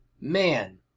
Man